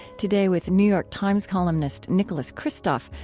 today, with new york times columnist nicholas kristof,